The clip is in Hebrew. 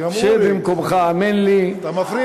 שב במקומך, האמן לי, אתה מפריע לי.